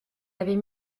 avait